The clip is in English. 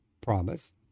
promise